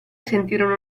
sentirono